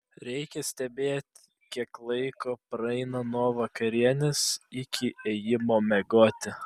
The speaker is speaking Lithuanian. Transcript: reikia stebėti kiek laiko praeina nuo vakarienės iki ėjimo miegoti